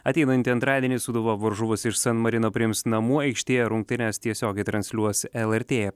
ateinantį antradienį sūduva varžovus iš san marino priims namų aikštėje rungtynes tiesiogiai transliuos lrt